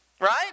Right